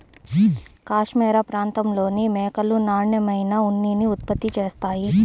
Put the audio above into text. cashmere ప్రాంతంలోని మేకలు నాణ్యమైన ఉన్నిని ఉత్పత్తి చేస్తాయి